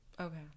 okay